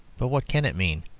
but what can it mean?